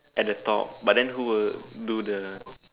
at the top but then who will do the